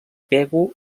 pego